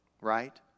Right